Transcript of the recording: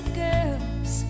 girls